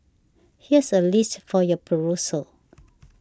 here's a list for your perusal